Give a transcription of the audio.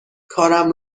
کارم